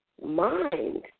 mind